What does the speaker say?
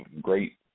great